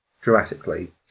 dramatically